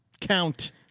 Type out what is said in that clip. count